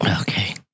Okay